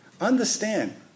Understand